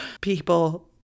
people